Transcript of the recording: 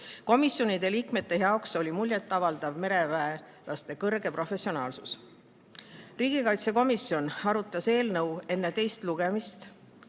Komisjoni liikmete jaoks oli muljetavaldav mereväelaste kõrge professionaalsus. Riigikaitsekomisjon arutas eelnõu enne teist lugemist